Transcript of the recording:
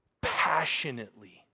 passionately